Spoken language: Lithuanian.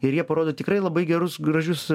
ir jie parodo tikrai labai gerus gražius